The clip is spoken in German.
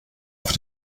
auf